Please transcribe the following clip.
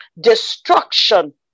destruction